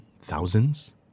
thousands